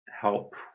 help